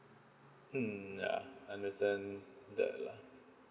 mm ya understand that lah